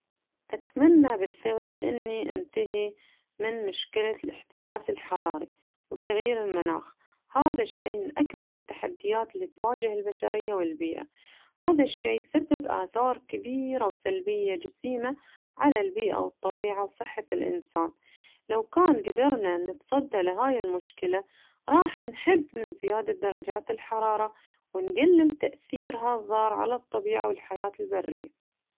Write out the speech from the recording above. أمنى بالفعل إني أنتهي من مشكلة الاحتباس الحراري وتغيير المناخ، هذا الشي من أكبر التحديات اللي تواجه البشرية والبيئة هذا الشي يسبب آثار كبيرة وسلبية جسيمة على البيئة والطبيعة وصحة الإنسان لو كان قدرنا نتصدى لهاي المشكلة راح نحد من زيادة درجات الحرارة ونقلل تأثيرها الضار على الطبيعة والحياة البرية.